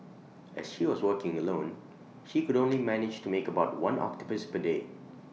as she was working alone she could only manage to make about one octopus per day